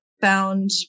found